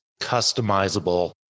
customizable